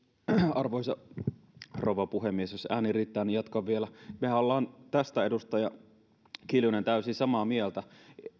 arvoisa rouva puhemies jos ääni riittää niin jatkan vielä mehän olemme tästä edustaja kiljunen täysin samaa mieltä